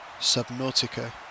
Subnautica